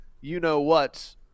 you-know-what